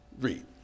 Read